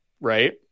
right